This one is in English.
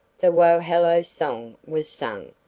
the wohelo song was sung,